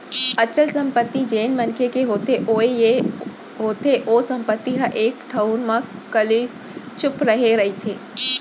अचल संपत्ति जेन मनखे के होथे ओ ये होथे ओ संपत्ति ह एक ठउर म कलेचुप रहें रहिथे